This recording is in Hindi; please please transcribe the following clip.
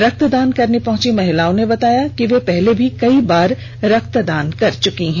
रक्तदान करने पहुंची महिलाओं ने बताया कि वह पहले भी कई बार रक्तदान कर चुकी हैं